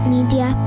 Media